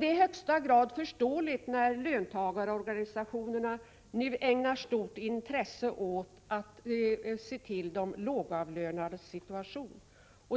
Det är i högsta grad förståeligt att löntagarorganisationerna nu ägnar stort intresse åt att se till de lågavlönades situation.